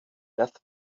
death